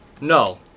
No